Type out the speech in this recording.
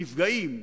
נפגעים,